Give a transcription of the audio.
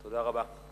תודה רבה.